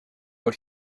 what